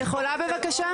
אני יכולה בבקשה?